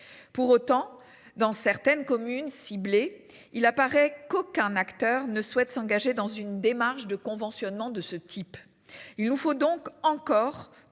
pour autant dans certaines communes ciblées. Il apparaît qu'aucun acteur ne souhaite s'engager dans une démarche de conventionnement de ce type, il nous faut donc encore